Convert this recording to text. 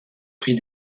prix